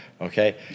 Okay